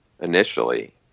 initially